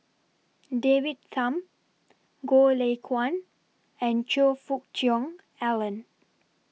David Tham Goh Lay Kuan and Choe Fook Cheong Alan